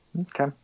Okay